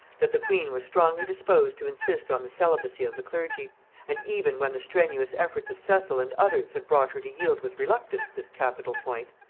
that the queen was strongly disposed to insist on the celibacy of the clergy and even when the strenuous efforts of cecil and others had brought her to yield with reluctance this capital point,